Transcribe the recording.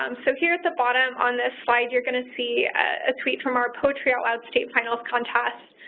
um so here at the bottom on this slide, you're going to see a tweet from our poetry out loud state finals contest,